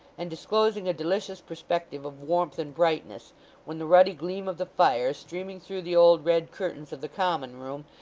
and disclosing a delicious perspective of warmth and brightness when the ruddy gleam of the fire, streaming through the old red curtains of the common room,